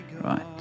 Right